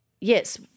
yes